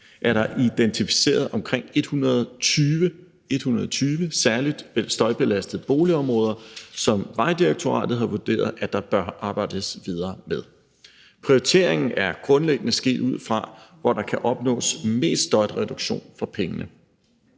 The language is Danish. er der identificeret omkring 120 særlig støjbelastede boligområder, som Vejdirektoratet har vurderet at der bør arbejdes videre med. Prioriteringen er grundlæggende sket ud fra, hvor der kan opnås mest støjreduktion for pengene.